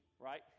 Right